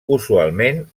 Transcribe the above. usualment